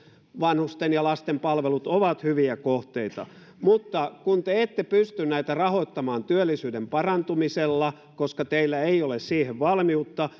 vanhusten ja lasten palvelut ovat hyviä kohteita mutta kun te ette pysty näitä rahoittamaan työllisyyden parantumisella koska teillä ei ole siihen valmiutta